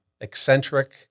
eccentric